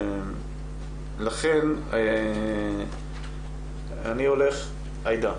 לכן עאידה,